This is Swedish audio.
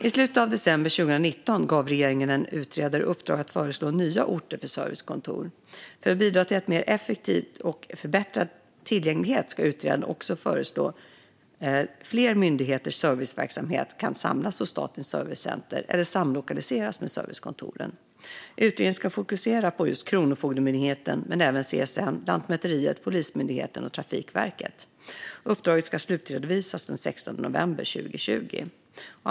I slutet av december 2019 gav regeringen en utredare i uppdrag att föreslå nya orter för servicekontor. För att bidra till mer effektivitet och förbättrad tillgänglighet ska utredaren också föreslå fler myndigheters serviceverksamheter som kan samlas hos Statens servicecenter eller samlokaliseras med servicekontoren. Utredningen ska fokusera på just Kronofogdemyndigheten men även CSN, Lantmäteriet, Polismyndigheten och Trafikverket. Uppdraget ska slutredovisas den 16 november 2020.